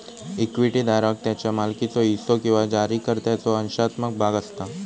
equity धारक त्याच्यो मालकीचो हिस्सो किंवा जारीकर्त्याचो अंशात्मक भाग असता